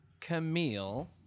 Camille